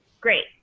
Great